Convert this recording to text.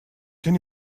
can